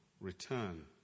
return